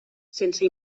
sense